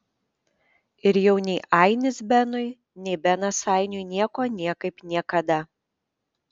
ir jau nei ainis benui nei benas ainiui nieko niekaip niekada